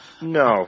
no